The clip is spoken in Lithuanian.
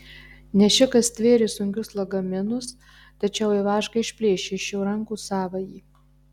nešikas stvėrė sunkius lagaminus tačiau ivaška išplėšė iš jo rankų savąjį